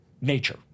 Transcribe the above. nature